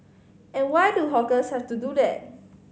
and why do hawkers have to do that